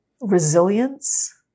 resilience